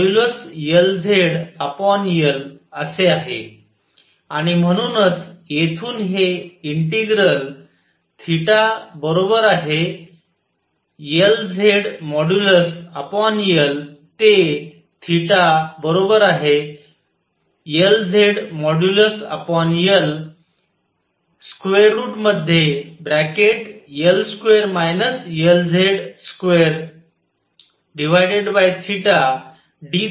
आणि म्हणूनच येथून हे इंटिग्रल θ L2 Lz2 dθ बनते